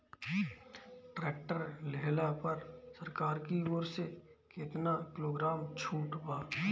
Tractor लिहला पर सरकार की ओर से केतना किलोग्राम छूट बा?